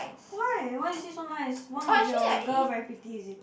why why you sit so nice one of your girl very pretty is it